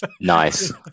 nice